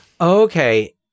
Okay